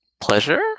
pleasure